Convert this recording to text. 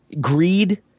greed